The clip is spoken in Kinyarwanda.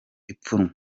ipfunwe